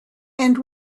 and